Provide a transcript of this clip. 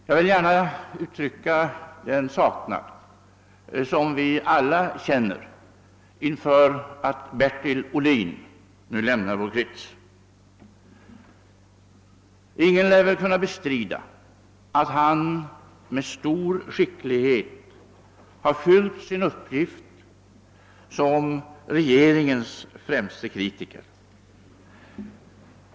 Jag vill gärna uttrycka den saknad som vi alla känner inför att Bertil Ohlin nu lämnar vår krets. Ingen lär kunna bestrida att han med stor skicklighet har fyllt sin uppgift som regeringens främste kritiker.